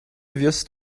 wirst